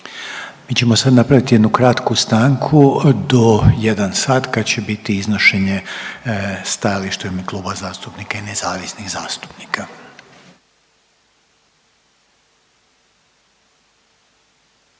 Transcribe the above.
Mi ćemo sad napravit jednu kratku stanku do jedan sat kad će biti iznošenje stajališta u ime klubova zastupnika i nezavisnih zastupnika.